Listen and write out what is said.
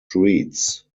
streets